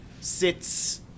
sits